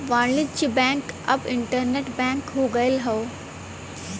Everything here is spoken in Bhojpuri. वाणिज्य बैंक अब इन्टरनेट बैंक हो गयल हौ